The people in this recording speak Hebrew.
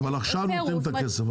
אבל עכשיו ניתן את הכסף.